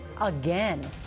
again